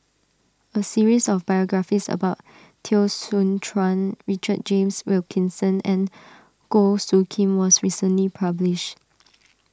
a series of biographies about Teo Soon Chuan Richard James Wilkinson and Goh Soo Khim was recently published